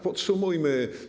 Podsumujmy.